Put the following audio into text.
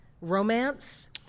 Romance